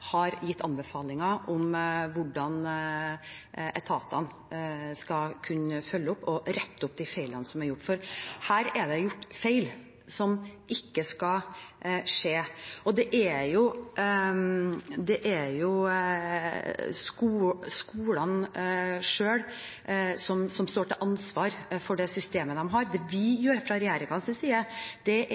har gitt anbefalinger om hvordan etatene skal kunne følge opp og rette opp de feilene som er gjort. For her er det gjort feil som ikke skal skje, og det er skolene selv som står til ansvar for det systemet de har. Det vi gjør fra regjeringens side, er